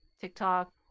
TikTok